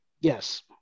Yes